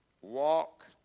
walk